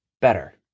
better